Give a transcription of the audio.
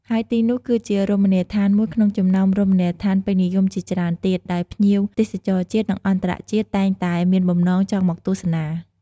ហើយទីនេះគឺជារមណីដ្ឋានមួយ ក្នុងចំណោម រមណីដ្ឋានពេញនិយមជាច្រើនទៀត ដែលភ្ញៀវ ទេសចរជាតិ និងអន្តរជាតិតែងតែ មានបំណងចង់មកទស្សនា។